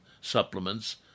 supplements